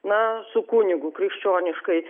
na su kunigu krikščioniškai